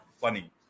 funny